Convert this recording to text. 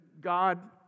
God